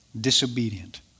disobedient